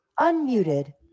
Unmuted